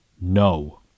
No